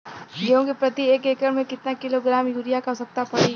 गेहूँ के प्रति एक एकड़ में कितना किलोग्राम युरिया क आवश्यकता पड़ी?